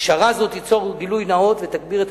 פשרה זו תיצור גילוי נאות ותגביר את